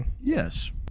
Yes